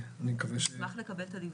נשמח לקבל את הדיווח.